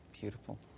Beautiful